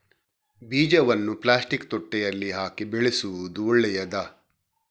ಬೀಜವನ್ನು ಪ್ಲಾಸ್ಟಿಕ್ ತೊಟ್ಟೆಯಲ್ಲಿ ಹಾಕಿ ಬೆಳೆಸುವುದು ಒಳ್ಳೆಯದಾ?